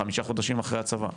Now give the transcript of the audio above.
חמישה חודשים אחרי הצבא.